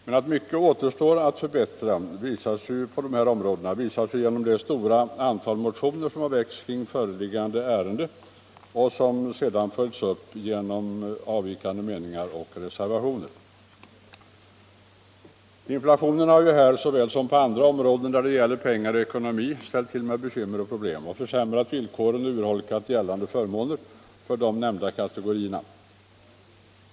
Men att mycket återstår att förbättra visar sig ju på de här områdena genom det stora antal motioner som har väckts i föreliggande ärende och sedan följts upp genom anmälan av avvikande meningar och avgivande av reservationer. Inflationen har här såväl som på andra områden där det gäller pengar och ekonomi ställt till med bekymmer och problem, försämrat villkoren och urholkat gällande förmåner för de nämnda kategorierna.